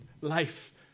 life